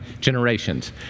generations